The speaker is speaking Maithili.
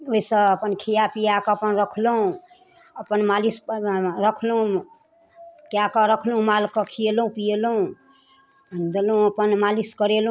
ओहिसँ अपन खिआ पिआ कऽ अपन रखलहुँ अपन मालिशपर मे रखलहुँ कए कऽ रखलहुँ मालकेँ खिएलहुँ पिएलहुँ देलहुँ अपन मालिश करेलहुँ